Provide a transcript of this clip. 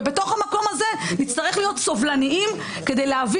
ובתוך המקום הזה נצטרך להיות סובלניים כדי להביא